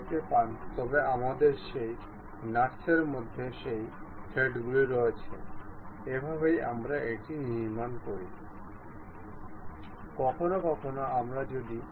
যেহেতু আমাদের এখন পর্যন্ত কোনও মেটিং নেই তাই আমরা এটি যে কোনও জায়গায় সরাতে পারি